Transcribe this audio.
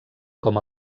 com